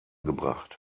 gebracht